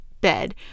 bed